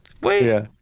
Wait